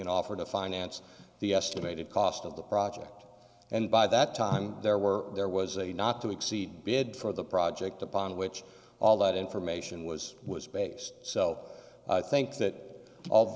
an offer to finance the estimated cost of the project and by that time there were there was a not to exceed bid for the project upon which all that information was was based so i think that all